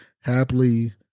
happily